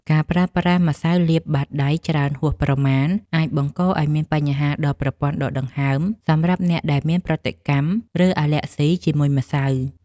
ការប្រើប្រាស់ម្សៅលាបបាតដៃច្រើនហួសប្រមាណ អាចបង្កឱ្យមានបញ្ហាដល់ប្រព័ន្ធដកដង្ហើមសម្រាប់អ្នកដែលមានប្រតិកម្ម ឬអាឡែស៊ីជាមួយម្សៅ។